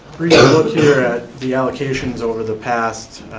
brief look here at the allocations over the past,